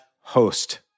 host